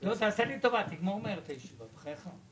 זה אולי פרומיל ממה שצריך להשקיע עבור אנשים עם מוגבלויות.